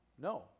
No